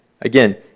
Again